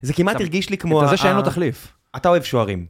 זה כמעט הרגיש לי כמו... זה כזה שאין לו תחליף. אתה אוהב שוערים.